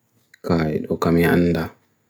kai dho kami handa